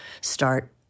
start